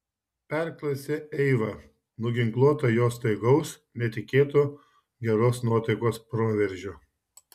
perklausė eiva nuginkluota jo staigaus netikėto geros nuotaikos proveržio